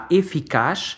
eficaz